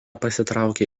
pasitraukė